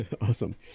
Awesome